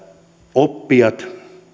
oppijat